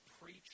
preach